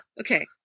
Okay